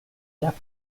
left